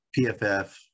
PFF